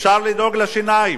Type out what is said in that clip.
אפשר לדאוג לשיניים,